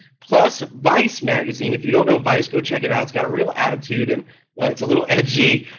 plus vice magazine, if you don't know vice go check it out. it's got a real attitude and it's a little edgy